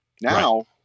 Now